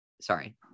sorry